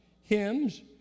hymns